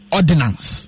Ordinance